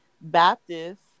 baptist